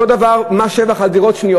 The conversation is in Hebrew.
אותו דבר מס שבח על דירות שניות.